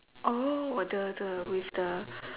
oh the the with the